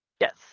Yes